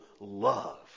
love